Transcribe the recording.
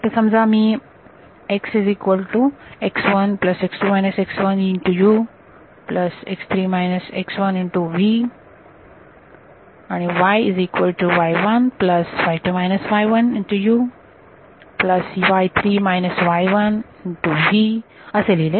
तर समजा मी असे लिहिले